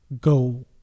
go